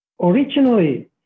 Originally